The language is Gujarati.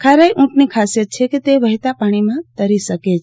ખારાઈ ઊંટની ખાસિયત છે કે વહેતા પાણીમાં તરી શકે છે